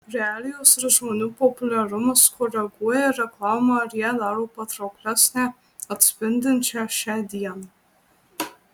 realijos ir žmonių populiarumas koreguoja reklamą ir ją daro patrauklesnę atspindinčią šią dieną